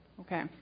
Okay